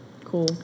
Cool